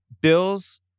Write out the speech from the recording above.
Bills